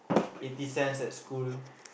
eighty cents at school